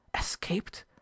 Escaped